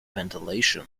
ventilation